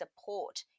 support